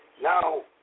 Now